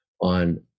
on